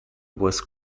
was